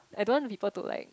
I don't want to people to like